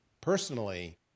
personally